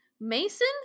Mason